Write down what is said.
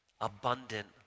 abundant